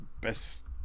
best